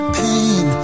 pain